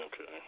Okay